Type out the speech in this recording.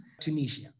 Tunisia